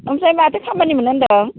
आमफ्राय माथो खामानिमोन होन्दों